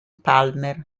palmer